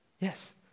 Yes